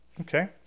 Okay